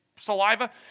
saliva